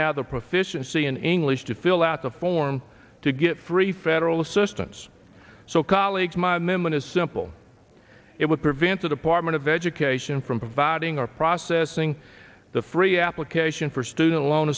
have the proficiency in english to fill out the form to get free federal assistance so colleagues my memory is simple it will prevent the department of education from providing or processing the free application for student loan